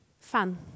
Fun